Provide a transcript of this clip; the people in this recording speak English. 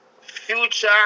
future